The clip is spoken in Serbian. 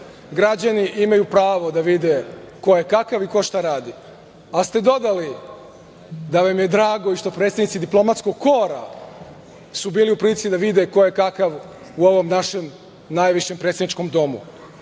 Građani imaju pravo da vide ko je kakav i ko šta radi, ali ste dodali da vam je drago i što predstavnici diplomatskog kora su bili u prilici da vide ko je kakav u ovom našem najvišem predsedničkom domu